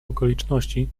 okoliczności